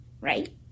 right